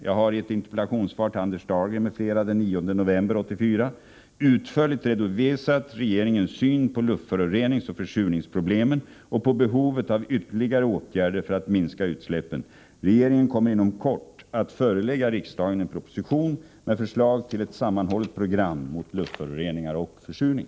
Jag har i ett interpellationssvar till Anders Dahlgren m.fl. den 9 november 1984 utförligt redovisat regeringens syn på luftföroreningsoch försurningsproblemen och på behovet av ytterligare åtgärder för att minska utsläppen. Regeringen kommer inom kort att förelägga riksdagen en proposition med förslag till ett sammanhållet program mot luftföroreningar och försurning.